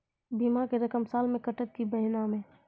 बीमा के रकम साल मे कटत कि महीना मे?